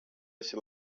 esi